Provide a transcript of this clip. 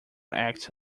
act